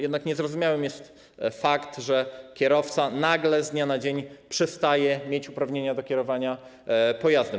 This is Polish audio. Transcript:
Jednak niezrozumiałym jest fakt, że kierowca nagle, z dnia na dzień przestaje mieć uprawnienia do kierowania pojazdem.